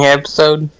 episode